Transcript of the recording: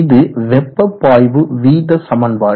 இது வெப்ப பாய்வு வீத சமன்பாடு